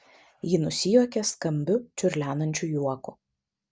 ji nusijuokė skambiu čiurlenančiu juoku